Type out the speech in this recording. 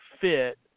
fit